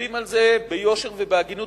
ומסתכלים על זה ביושר ובהגינות